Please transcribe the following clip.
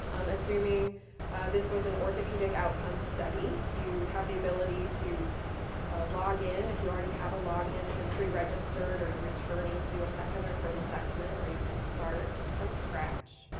um assuming this was an orthopedic outcome study. you have the ability to log in if you already have a log-in, if you're preregistered or returning to a second or third assessment or you can start from scratch.